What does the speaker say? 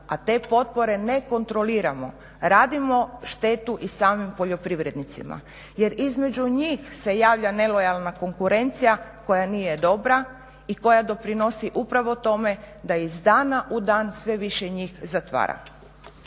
a te potpore ne kontroliramo radimo štetu i samim poljoprivrednicima jer između njih se javlja nelojalna konkurencija koja nije dobra i koja doprinosi upravo tome da iz dana u dan sve više njih zatvara.